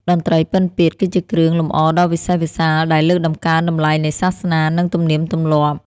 តន្ត្រីពិណពាទ្យគឺជាគ្រឿងលម្អដ៏វិសេសវិសាល ដែលលើកតម្កើងតម្លៃនៃសាសនា និងទំនៀមទម្លាប់។